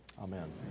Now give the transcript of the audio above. Amen